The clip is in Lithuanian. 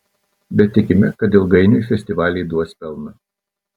bet tikime kad ilgainiui festivaliai duos pelną